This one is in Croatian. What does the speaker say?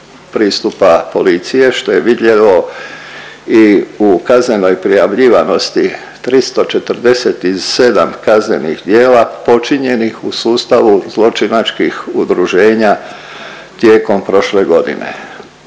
pristupa policije što je vidljivo i u kaznenoj prijavljivanosti 347 kaznenih djela počinjenih u sustavu zločinačkih udruženja tijekom prošle godine.